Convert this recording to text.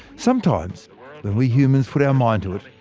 sometimes when we humans put our mind to it,